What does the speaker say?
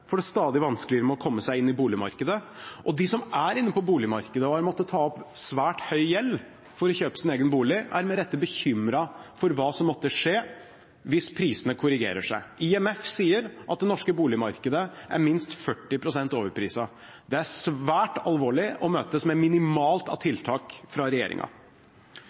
får det stadig vanskeligere med å komme seg inn på boligmarkedet, og de som er inne på boligmarkedet, og som har måttet ta opp svært høy gjeld for å kjøpe sin egen bolig, er med rette bekymret for hva som måtte skje hvis prisene korrigerer seg. IMF sier at det norske boligmarkedet er minst 40 pst. overpriset. Det er svært alvorlig og møtes med minimalt av tiltak fra